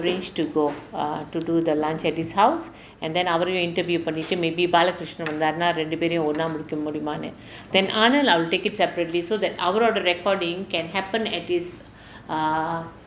arrange to go err to do the lunch at his house and then அவரையும்:avaraiyum interview பண்ணிட்டு:pannittu maybe balakrishnan வந்தார்ன்னா இரண்டு பேரையும் ஒண்ணா முடிக்க முடியும்னான்னு:vanthaarnnaa irandu paeraiyum onnaa mudikka mudiyumnaannu then anand I will take it separately so that overall the recording can happen at this err